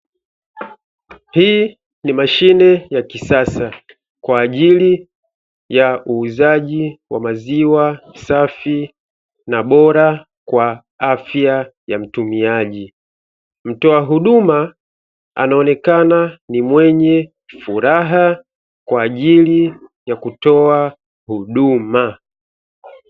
Hii ni mashine ya kisasa kwajili ya uuzaji wa maziwa safi na bora kwa afya ya mtumiaji, mtoa huduma anaonekana ni mwenye furaha kwa ajili ya kutoa huduma.